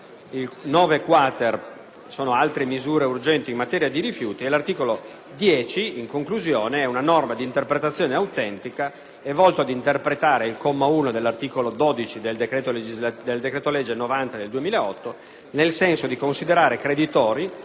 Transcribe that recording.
9-*quater* reca altre misure urgenti in materia di rifiuti. L'articolo 10, in conclusione, è una norma di interpretazione autentica, volta ad interpretare il comma 1 dell'articolo 12 del decreto-legge 23 maggio 2008, n. 90, nel senso di considerare creditori,